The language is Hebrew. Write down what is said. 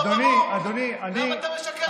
די כבר, אתה משקר במצח נחושה.